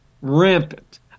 Rampant